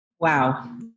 Wow